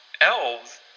elves